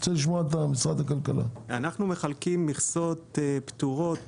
אנחנו מחלקים מכסות פטורות